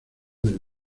del